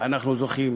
אנחנו זוכים